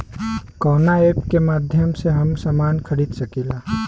कवना ऐपके माध्यम से हम समान खरीद सकीला?